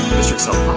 this excel